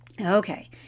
Okay